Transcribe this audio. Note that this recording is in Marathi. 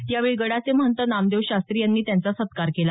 यावेळी गडाचे महंत नामदेव शास्त्री यांनी त्यांचा सत्कार केला